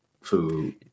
food